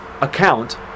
account